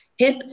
Hip